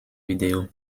vidéo